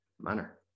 manner